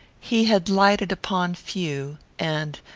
he had lighted upon few, and,